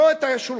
לא את השולחן,